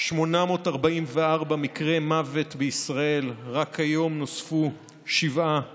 844 מקרי מוות בישראל, רק היום נוספו שבעה נפטרים,